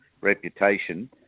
reputation